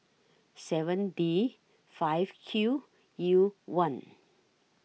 seven D five Q U one